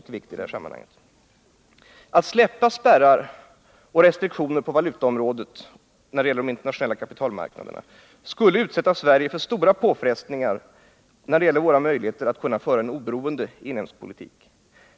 Att släppa spärrar och restriktioner på valutaområdet när det gäller de internationella kapitalmarknaderna skulle innebära att man utsätter Sverige för stora påfrestningar beträffande våra möjligheter att föra en oberoende inhemsk politik.